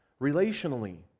Relationally